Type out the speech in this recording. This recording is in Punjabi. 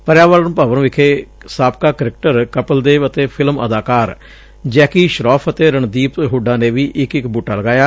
ਪਰਿਆਵਰਨ ਭਵਨ ਵਿਖੇ ਸਾਬਕਾ ਕ੍ਕਿਕਟਰ ਕਪਿਲ ਦੇਵ ਅਤੇ ਫਿਲਮ ਅਦਾਕਾਰ ਜੈਕੀ ਸ਼ਰੋਫ਼ ਅਤੇ ਰਣਦੀਪ ਹੁੱਡਾ ਨੇ ਵੀ ਇਕ ਇਕ ਬੁਟਾ ਲਗਾਇਆ